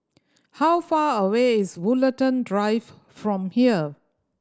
how far away is Woollerton Drive from here